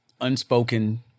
unspoken